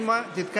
, תם סדר-היום.